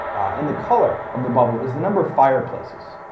and the color of the bubble is the number of fireplaces.